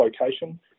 location